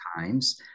times